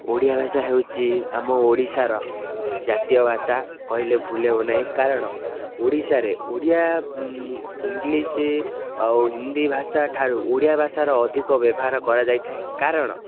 ଓଡ଼ିଆ ଭାଷା ହେଉଛି ଆମ ଓଡ଼ିଶାର ଜାତୀୟ ଭାଷା କହିଲେ ଭୁଲ ହେବ ନାହିଁ କାରଣ ଓଡ଼ିଶାରେ ଓଡ଼ିଆ ଇଂଲିଶ ଆଉ ହିନ୍ଦୀ ଭାଷା ଠାରୁ ଓଡ଼ିଆ ଭାଷାର ଅଧିକ ବ୍ୟବହାର କରାଯାଇଥାଏ କାରଣ